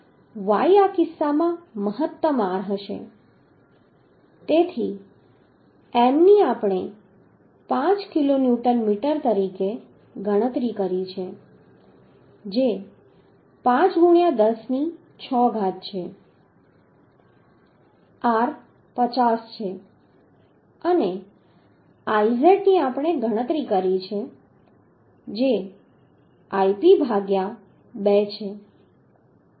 Y આ કિસ્સામાં મહત્તમ r હશે તેથી M ની આપણે 5 કિલોન્યુટન મીટર તરીકે ગણતરી કરી છે જે 5 ગુણ્યા 10 ની 6 ઘાત છે r 50 છે અને Izz ની આપણે ગણતરી કરી છે જે Ip ભાગ્યા 2 છે